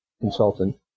consultant